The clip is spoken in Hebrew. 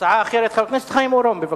הצעה אחרת, חבר הכנסת חיים אורון, בבקשה.